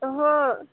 ओहो